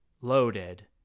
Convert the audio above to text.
loaded